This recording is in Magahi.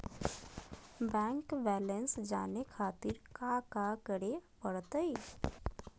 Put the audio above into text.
बैंक बैलेंस जाने खातिर काका करे पड़तई?